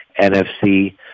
NFC